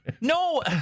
No